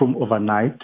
overnight